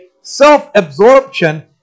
self-absorption